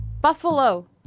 buffalo